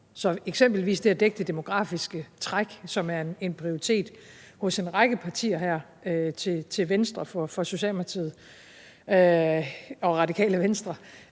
Eksempelvis det at dække det demografiske træk, som er en prioritet hos en række partier til venstre for Socialdemokratiet og Radikale Venstre,